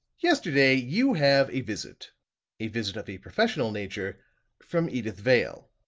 yesterday you have a visit a visit of a professional nature from edyth vale.